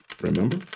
remember